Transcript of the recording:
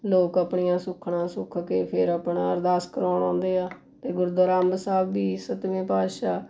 ਲੋਕ ਆਪਣੀਆਂ ਸੁੱਖਨਾ ਸੁੱਖ ਕੇ ਫੇਰ ਆਪਣਾ ਅਰਦਾਸ ਕਰਵਾਉਣ ਆਉਂਦੇ ਹੈ ਅਤੇ ਗੁਰਦੁਆਰਾ ਅੰਬ ਸਾਹਿਬ ਵੀ ਸੱਤਵੇਂ ਪਾਤਸ਼ਾਹ